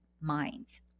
minds